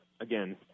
again